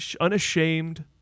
unashamed